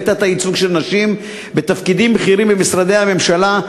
תת-הייצוג של נשים בתפקידים בכירים במשרדי הממשלה,